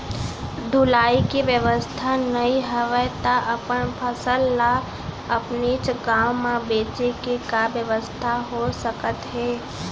ढुलाई के बेवस्था नई हवय ता अपन फसल ला अपनेच गांव मा बेचे के का बेवस्था हो सकत हे?